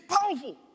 powerful